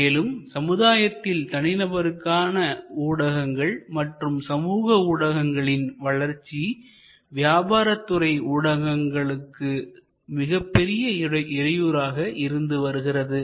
மேலும் சமுதாயத்தில் தனிநபருக்கான ஊடகங்கள் மற்றும் சமூக ஊடகங்களின் வளர்ச்சி வியாபாரத் துறை ஊடகங்களுக்கு மிகப்பெரிய இடையூறாக இருந்து வருகிறது